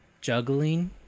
Juggling